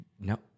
No